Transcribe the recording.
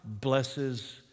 blesses